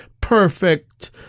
perfect